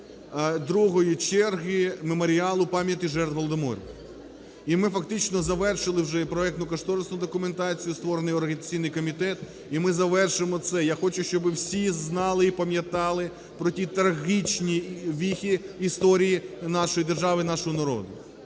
другої черги "Меморіалу пам'яті жертв Голодомору. І ми фактично завершили вже і проектно-кошторисну документацію, створений організаційний комітет, і ми завершимо це. Я хочу, щоби всі знали і пам'ятали про ті трагічні віхи історії нашої держави, нашого народу,